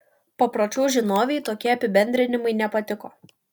papročių žinovei tokie apibendrinimai nepatiko